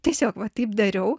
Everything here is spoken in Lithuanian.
tiesiog va taip dariau